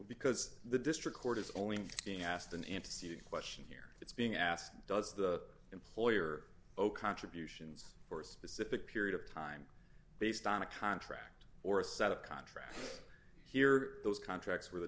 because the district court is only being asked an antecedent question here it's being asked does the employer o'conner abuse ins or specific period of time based on a contract or a set of contract here those contracts where the